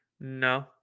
No